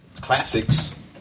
classics